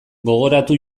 gogoratu